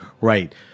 Right